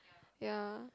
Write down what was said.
ya